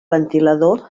ventilador